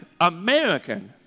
American